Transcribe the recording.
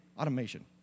Automation